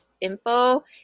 info